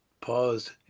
pause